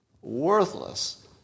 worthless